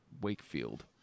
Wakefield